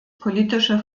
politische